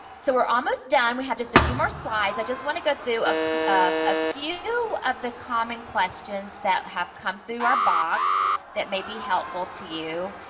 so, we're almost done. we have just a few more slides. i just want to go through ah a few of the common questions that have come through our box that may be helpful to you.